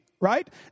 right